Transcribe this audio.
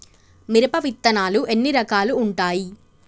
మిరప విత్తనాలు ఎన్ని రకాలు ఉంటాయి?